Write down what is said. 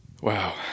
Wow